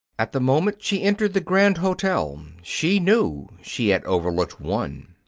at the moment she entered the grande hotel, she knew she had overlooked one.